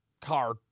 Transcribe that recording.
car